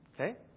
Okay